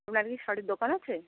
আপনার কি শাড়ির দোকান আছে